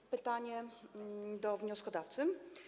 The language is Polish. Mam pytanie do wnioskodawcy.